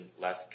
less